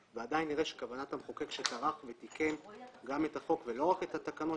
ועדיין נראה שכוונת המחוקק שטרח ותיקן גם את החוק ולא רק את התקנות